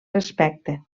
respecte